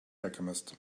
alchemist